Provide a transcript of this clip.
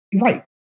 Right